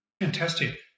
Fantastic